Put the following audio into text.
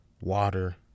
water